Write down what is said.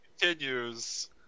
continues